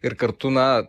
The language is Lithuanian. ir kartu na